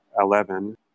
Eleven